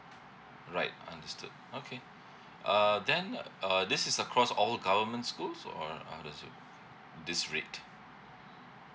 right understood okay err then uh this is across all government schools or or does it discreet